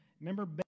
Remember